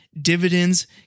dividends